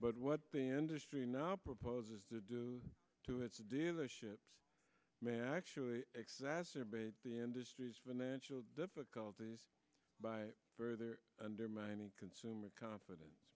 but what the industry now proposes to do to its dealerships may actually exacerbate the industry's financial difficulties by further undermining consumer confidence